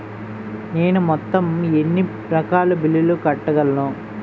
నేను మొత్తం ఎన్ని రకాల బిల్లులు కట్టగలను?